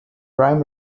prime